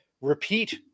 repeat